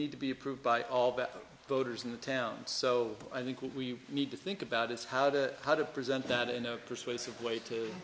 need to be approved by all the voters in the town so i think we need to think about is how to how to present that in a persuasive way to